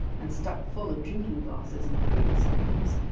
and stuck full of drinking-glasses and cruet-stands,